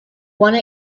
one